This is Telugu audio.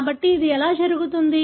కాబట్టి అది ఎలా జరుగుతుంది